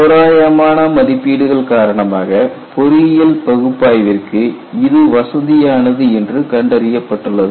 தோராயமான மதிப்பீடுகள் காரணமாக பொறியியல் பகுப்பாய்விற்கு இது வசதியானது என்று கண்டறியப்பட்டுள்ளது